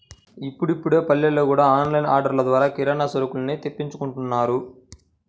ఇప్పుడిప్పుడే పల్లెల్లో గూడా ఆన్ లైన్ ఆర్డర్లు ద్వారా కిరానా సరుకుల్ని తెప్పించుకుంటున్నారు